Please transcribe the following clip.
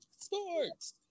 Sports